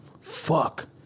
Fuck